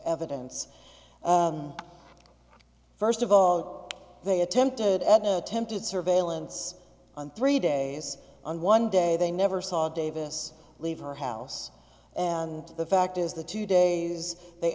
evidence first of all they attempted ever tempted surveillance on three days on one day they never saw davis leave her house and the fact is the two days they